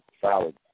solid